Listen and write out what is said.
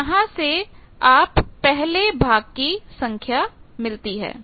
तो यहां से आपको पहले भाग की संख्या मिलती है